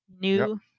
new